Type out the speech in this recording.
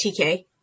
TK